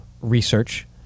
research